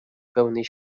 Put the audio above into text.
pełnej